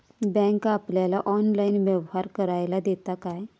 Bank आपल्याला online व्यवहार करायला देता काय?